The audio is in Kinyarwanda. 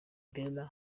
bell